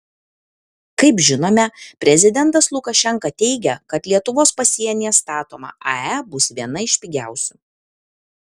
kaip žinome prezidentas lukašenka teigia kad lietuvos pasienyje statoma ae bus viena iš pigiausių